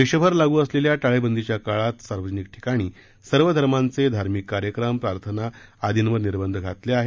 देशभर लागू असलेल्या टाळेबंदीच्या काळात सार्वजनिक ठिकाणी सर्व धर्मांचे धार्मिक कार्यक्रम प्रार्थना आदींवर निर्बंध घातले आहेत